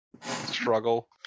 Struggle